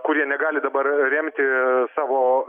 kurie negali dabar remti savo